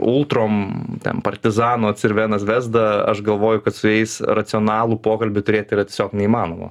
ultrom ten partizano cervena zvezda aš galvoju kad su jais racionalų pokalbį turėt yra tiesiog neįmanoma